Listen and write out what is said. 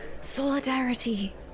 Solidarity